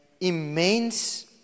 immense